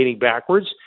backwards